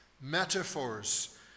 metaphors